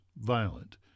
violent